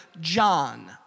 John